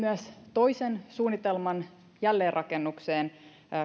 toisen suunnitelman jälleenrakennukseen